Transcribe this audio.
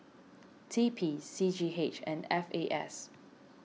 T P C G H and F A S